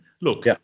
look